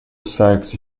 sexy